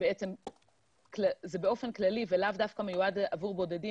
זה באופן כללי ולאו דווקא מיועד עבור בודדים,